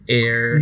air